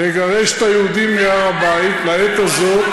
לגרש את היהודים מהר הבית, לעת הזאת,